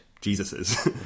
Jesus's